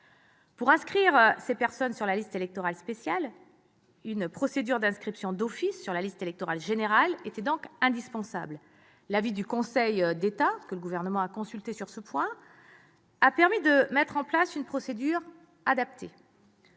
Pour inscrire ces personnes sur la liste électorale spéciale, une procédure d'inscription d'office sur la liste électorale générale était indispensable. L'avis du Conseil d'État, que le Gouvernement a consulté sur ce point, a permis de mettre en place une procédure adaptée.